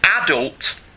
adult